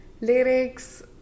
lyrics